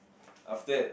after that